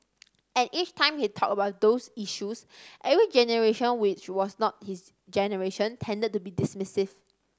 and each time he talked about those issues every generation which was not his generation tended to be dismissive